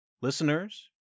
listeners